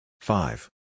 Five